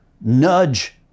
nudge